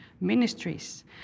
ministries